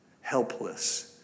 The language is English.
helpless